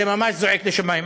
זה ממש זועק לשמים.